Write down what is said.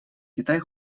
китай